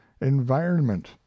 environment